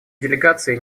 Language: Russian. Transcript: делегацией